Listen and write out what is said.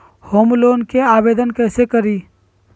Home loan के आवेदन कैसे करि?